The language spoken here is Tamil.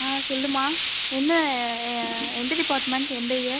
ஆன் சொல்லுமா என்ன எந்த டிப்பார்ட்மென்ட் எந்த இயர்